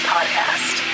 Podcast